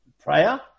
prayer